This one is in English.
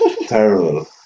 Terrible